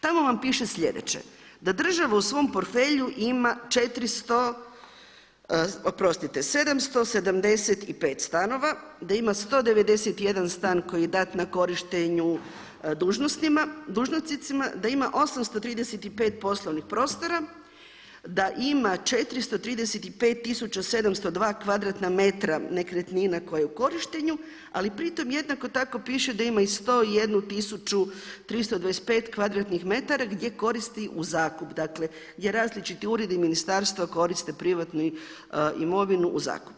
Tamo vam piše sljedeće, da država u svom portfelju ima 775 stanova, da ima 191 stan koji je dat na korištenje dužnosnicima, da ima 835 poslovnih prostora, da ima 435 tisuća 702 kvadratna metra nekretnina koje je u korištenju, ali pri tome jednako tako piše da ima i 101 tisuću 325 kvadratnih metara gdje koristi u zakup, dakle gdje različiti uredi i ministarstva koriste privatnu imovinu u zakup.